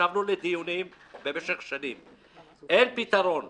ישבנו לדיונים במשך שנים, ואין פתרון לזה.